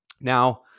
Now